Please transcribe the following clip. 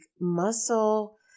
Muscle